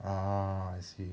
ah I see